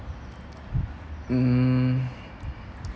mm